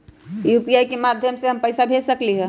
UPI के माध्यम से हम पैसा भेज सकलियै ह?